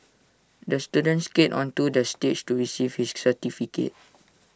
the student skated onto the stage to receive his certificate